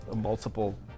multiple